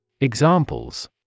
Examples